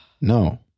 No